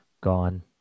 Gone